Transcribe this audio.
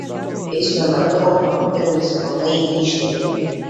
gaisro metu automobilis pilnai išdegė